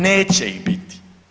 Neće ih biti!